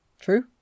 True